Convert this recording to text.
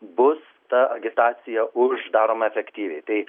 bus ta agitacija už daroma efektyviai tai